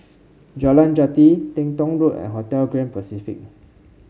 Jalan Jati Teng Tong Road and Hotel Grand Pacific